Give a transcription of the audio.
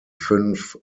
fünf